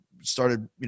started